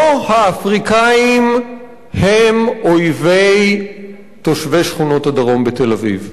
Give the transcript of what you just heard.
לא האפריקנים הם אויבי תושבי שכונות הדרום בתל-אביב,